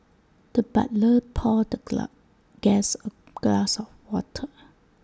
the butler poured the guest A glass of water